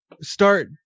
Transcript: start